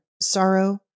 Sorrow